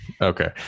Okay